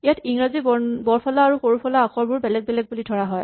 ইয়াত ইংৰাজীৰ বৰফলা আৰু সৰুফলা আখৰবোৰ বেলেগ বেলেগ বুলি ধৰা হয়